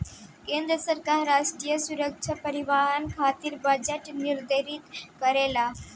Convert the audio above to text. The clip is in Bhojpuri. केंद्र सरकार राष्ट्रीय सुरक्षा परिवहन खातिर बजट निर्धारित करेला